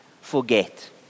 forget